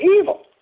evil